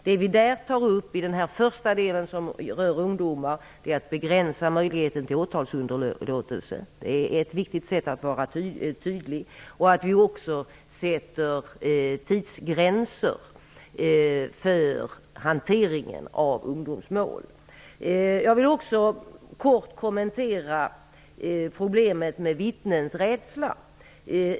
Det vi där tar upp, i den första delen som rör ungdomar, är att begränsa möjligheten till åtalsunderlåtelse. Det är ett viktigt sätt att vara tydlig. Vi sätter också tidsgränser för hanteringen av ungdomsmål. Jag vill också kort kommentera problemet med vittnens rädsla.